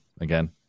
again